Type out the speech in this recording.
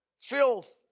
filth